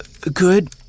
Good